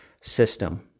system